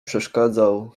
przeszkadzał